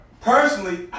Personally